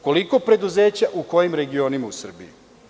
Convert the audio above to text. Koliko preduzeća, u kojim regionima u Srbiji?